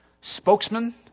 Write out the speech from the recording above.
Spokesman